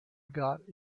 got